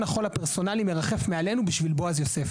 החול הפרסונלי מרחף מעלינו בשביל בועז יוסף.